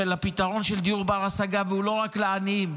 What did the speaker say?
ופתרון בר-השגה, והוא לא רק לעניים.